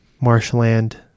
marshland